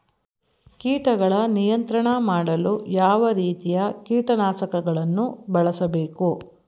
ಕೀಟಗಳ ನಿಯಂತ್ರಣ ಮಾಡಲು ಯಾವ ರೀತಿಯ ಕೀಟನಾಶಕಗಳನ್ನು ಬಳಸಬೇಕು?